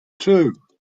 two